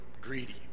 greedy